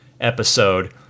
episode